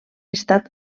estat